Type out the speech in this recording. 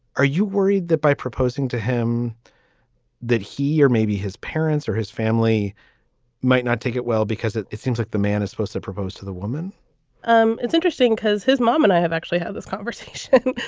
are you worried that by proposing to him that he or maybe his parents or his family might not take it? well, because it it seems like the man is supposed to propose to the woman um it's interesting because his mom and i have actually had this conversation.